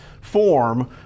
form